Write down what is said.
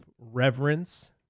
reverence